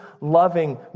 loving